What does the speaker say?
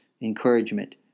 encouragement